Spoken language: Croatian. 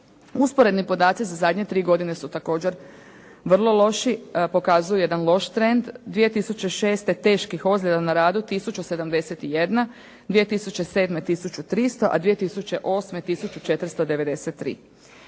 Usporedni podaci za zadnje tri godine su također vrlo loši, pokazuju jedan loš trend. 2006. teških ozljeda na radu 1071, 2007. 1300, a 2008. 1493.